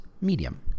medium